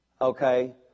Okay